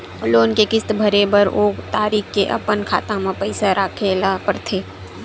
loan के किस्त भरे बर ओ तारीख के अपन खाता म पइसा राखे ल परथे